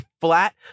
flat